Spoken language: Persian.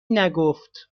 نگفت